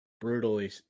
brutally